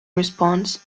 responds